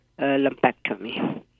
lumpectomy